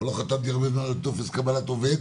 ולא חתמתי הרבה זמן על טופס קבלת עובד.